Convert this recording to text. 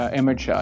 image